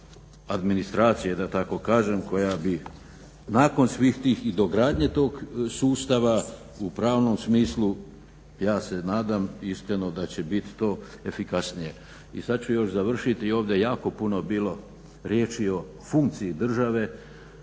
rukama administracije da tako kažem koja bi nakon svih tih i dogradnje tog sustava u pravnom smislu ja se nadam iskreno da će biti to efikasnije. I sada ću još završiti o ovdje je jako puno bilo riječi o funkciji države.